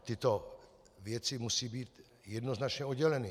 Tyto věci musí být jednoznačně odděleny.